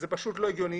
אין שום היגיון.